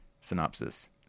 synopsis